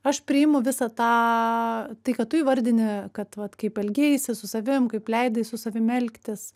aš priimu visą tą tai ką tu įvardini kad vat kaip elgeisi su savim kaip leidai su savim elgtis